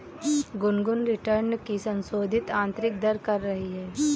Gungun return की संशोधित आंतरिक दर कर रही है